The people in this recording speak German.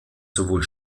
sowohl